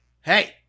hey